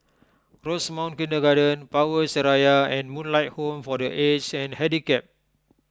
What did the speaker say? Rosemount Kindergarten Power Seraya and Moonlight Home for the Aged and Handicapped